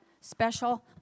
special